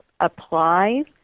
apply